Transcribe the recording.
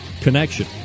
connection